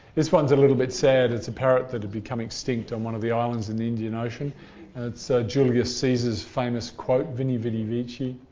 this one's a little bit sad. it's a parrot that had become extinct on one of the islands in the indian ocean and it's julius caesar's famous quote vini vidivici.